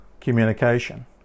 communication